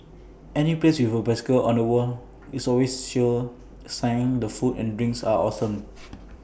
any place with A bicycle on the wall is always A sure sign the food and drinks are awesome